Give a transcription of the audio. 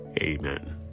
Amen